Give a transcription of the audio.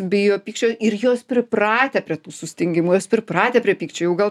bijo pykčio ir jos pripratę prie tų sustingimų jos pripratę prie pykčių jau gal